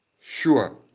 Sure